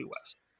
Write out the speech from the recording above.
West